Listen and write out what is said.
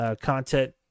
Content